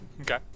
Okay